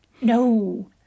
No